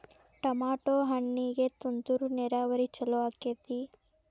Tomato ಹಣ್ಣಿಗೆ ತುಂತುರು ನೇರಾವರಿ ಛಲೋ ಆಕ್ಕೆತಿ?